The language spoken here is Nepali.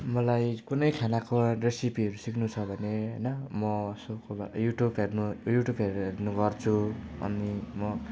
मलाई कुनै खानाको रेसिपीहरू सिक्नु छ भने होइन म यसो कोही बेला यु ट्युब हेर्ने यु ट्युब हेरेर हेर्ने गर्छु अनि म